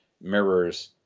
mirrors